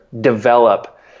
develop